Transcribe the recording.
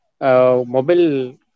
mobile